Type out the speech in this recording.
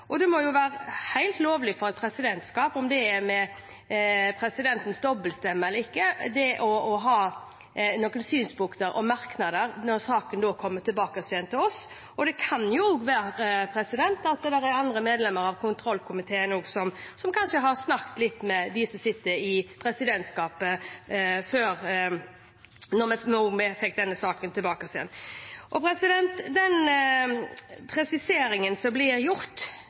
og det må jo være helt lovlig for et presidentskap – om det er med presidentens dobbeltstemme eller ikke – å ha noen synspunkter og merknader når saken kommer tilbake igjen til oss. Det kan jo også være at det er andre medlemmer av kontrollkomiteen som har snakket litt med dem som sitter i presidentskapet, før vi fikk denne saken tilbake igjen. Den presiseringen som blir gjort,